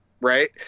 right